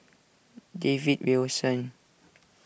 David Wilson